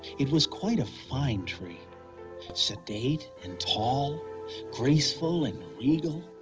it was quite a fine tree sedate and tall graceful and regal.